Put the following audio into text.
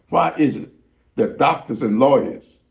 why is it that doctors and lawyers